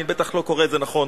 אני בטח לא קורא את זה נכון,